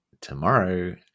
Tomorrow